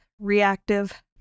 reactive